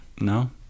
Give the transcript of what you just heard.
No